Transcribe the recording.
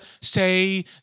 say